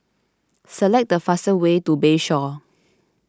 select the fastest way to Bayshore